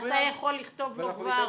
אתה יכול לכתוב לו כבר,